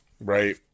right